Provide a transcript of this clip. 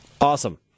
Awesome